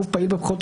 גוף פעיל בבחירות,